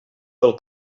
del